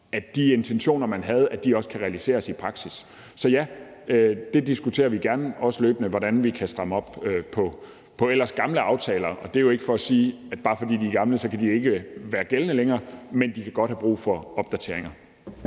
at de intentioner, man havde, også kan realiseres i praksis. Så ja, det diskuterer vi gerne også løbende, altså hvordan vi kan stramme op på ellers gamle aftaler. Det er jo ikke for at sige, at bare fordi de er gamle, kan de ikke være gældende mere, men de kan godt have brug for opdateringer.